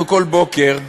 אנחנו כל בוקר קמים,